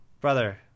Brother